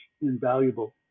invaluable